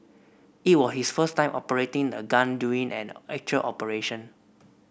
it was his first time operating the gun during an actual operation